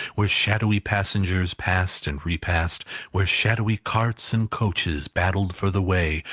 where shadowy passengers passed and repassed where shadowy carts and coaches battled for the way,